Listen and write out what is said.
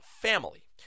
family